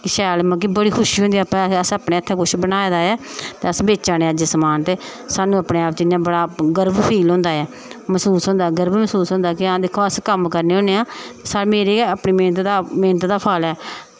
कि शैल मतलब कि बड़ी खुशी होंदी ऐ कि ऐसा असें अपने हत्थें कुछ बनाए दा ऐ ते अस बेचा ने अज्ज समान ते सानूं अपने आप च इ'यां बड़ा गर्व फील होंदा ऐ मसूस होंदा गर्व मसूस होंदा जि'यां दिक्खो अस कम्म करने होने आं मेरा गै अपने मैह्नत दा मैह्नत दा फल ऐ